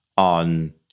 on